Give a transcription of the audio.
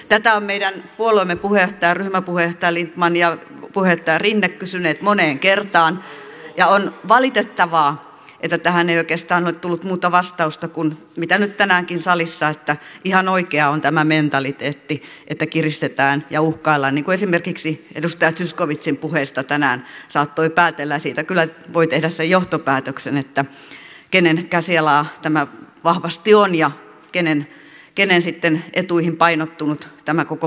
tätä ovat meidän puolueemme puheenjohtajat ryhmäpuheenjohtaja lindtman ja puheenjohtaja rinne kysyneet moneen kertaan ja on valitettavaa että tähän ei oikeastaan ole tullut muuta vastausta kuin nyt tänäänkin salissa että ihan oikeaa on tämä mentaliteetti että kiristetään ja uhkaillaan niin kuin esimerkiksi edustaja zyskowiczin puheesta tänään saattoi päätellä ja siitä kyllä voi tehdä sen johtopäätöksen kenen käsialaa tämä vahvasti on ja kenen etuihin painottunut tämä koko paketti sitten on